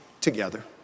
together